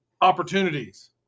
opportunities